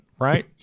right